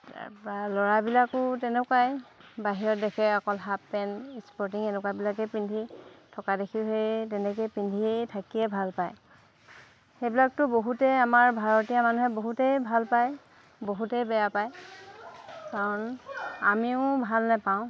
তাৰপৰা ল'ৰাবিলাকো তেনেকুৱাই বাহিৰত দেখে অকল হাফ পেণ্ট স্পৰ্টিং এনেকুৱাবিলাকেই পিন্ধি থকা দেখি সেই তেনেকেই পিন্ধিয়েই থাকিয়ে ভাল পায় সেইবিলাকতো বহুতে আমাৰ ভাৰতীয় মানুহে বহুতেই ভাল পায় বহুতেই বেয়া পায় কাৰণ আমিও ভাল নাপাওঁ